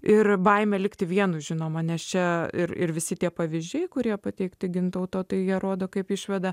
ir baimė likti vienu žinoma nes čia ir ir visi tie pavyzdžiai kurie pateikti gintauto tai rodo kaip išveda